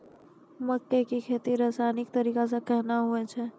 मक्के की खेती रसायनिक तरीका से कहना हुआ छ?